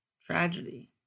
tragedy